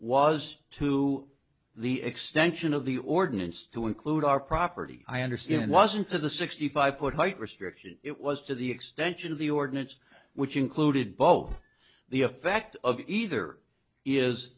was to the extension of the ordinance to include our property i understand wasn't to the sixty five foot height restriction it was to the extension of the ordinance which included both the effect of either is